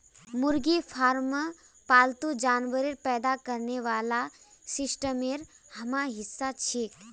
मुर्गी फार्म पालतू जानवर पैदा करने वाला सिस्टमेर अहम हिस्सा छिके